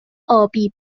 ابی